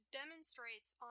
demonstrates